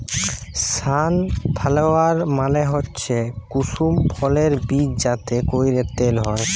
sunflower মালে হচ্যে কুসুম ফুলের বীজ যাতে ক্যরে তেল হ্যয়